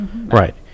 Right